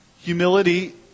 Humility